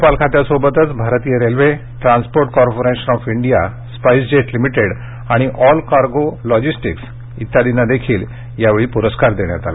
टपाल खात्यासोबतच भारतीय railway Transport Corporation of India SpiceJet Limited आणि ऑल कार्गो लॉजिस्टिक्स् आदींना यावेळी पूरस्कार देण्यात आला